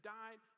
died